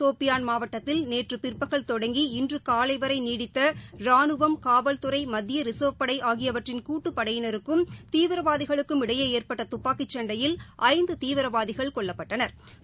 சோபியான் மாவட்டத்தில் நேற்றுபிற்பகல் தொடங்கி இன்றுகாலைவரைநீடித்தரானுவம் காவல்துறை மத்தியரிசர்வ் காவல்படைஆகியவற்றின் தீவிரவாதிகளுக்கும் இடையேஏற்பட்டதுப்பாக்கிசண்டையில் ஐந்துதீவிரவாதிகள் கொல்லப்பட்டனா்